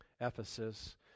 Ephesus